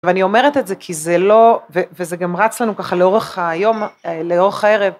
ואני אומרת את זה כי זה לא וזה גם רץ לנו ככה לאורך היום לאורך הערב.